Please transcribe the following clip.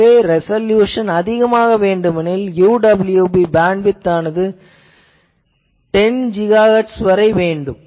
எனவே அதிகமான ரெசொல்யுசன் வேண்டுமானால் UWB பேண்ட்விட்த் ஆனது 10 GHz வரை வேண்டும்